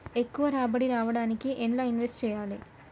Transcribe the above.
ఎక్కువ రాబడి రావడానికి ఎండ్ల ఇన్వెస్ట్ చేయాలే?